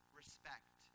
respect